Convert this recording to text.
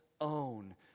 own